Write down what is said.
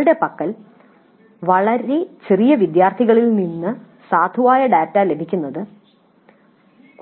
നിങ്ങളുടെ പക്കലുള്ള വളരെ ചെറിയ വിദ്യാർത്ഥികളിൽ നിന്ന് സാധുവായ ഡാറ്റ ലഭിക്കുന്നത്